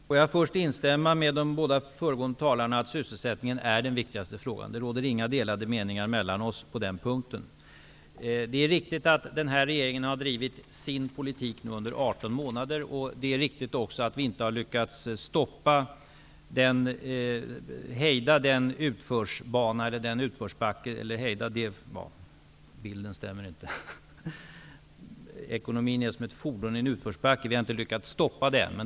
Herr talman! Jag vill först instämma med de båda föregående talarna om att sysselsättningen är den viktigaste frågan. Det råder inga delade meningar mellan oss på den punkten. Det är riktigt att den här regeringen har drivit sin politik under 18 månader. Ekonomin är som ett fordon i en utförsbacke, och vi har inte lyckats stoppa det.